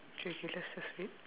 okay okay let's just wait